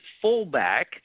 fullback